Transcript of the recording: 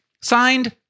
Signed